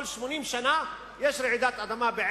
בערך כל 80 שנה יש רעידת אדמה.